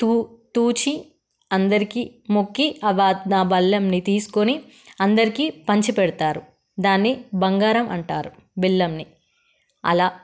తూ తూచి అందరికీ మొక్కి ఆ బెల్లంని తీసుకుని అందరికీ పంచి పెడతారు దాన్ని బంగారం అంటారు బెల్లంని అలా